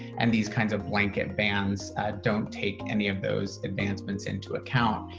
and these kinds of blanket bans don't take any of those advancements into account.